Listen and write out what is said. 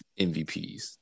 MVPs